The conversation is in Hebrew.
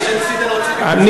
שניסית להוציא את החוק,